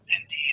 Indeed